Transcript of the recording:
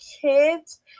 kids